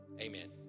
Amen